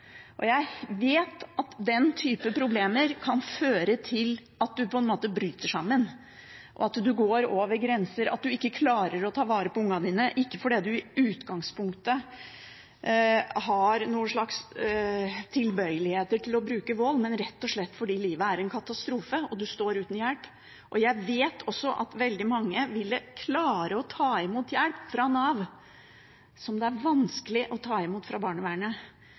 Og jeg vet at den typen problemer kan føre til at en på en måte bryter sammen, at en går over grenser, og at en ikke klarer å ta vare på ungene sine – ikke fordi en i utgangspunktet har noe slags tilbøyeligheter til å bruke vold, men rett og slett fordi livet er en katastrofe, og en står uten hjelp. Jeg vet også at veldig mange ville klare å ta imot hjelp fra Nav – hjelp som det er vanskelig å ta imot fra barnevernet,